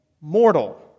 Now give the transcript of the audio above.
mortal